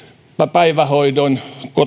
päivähoidon